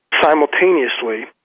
simultaneously